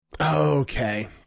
Okay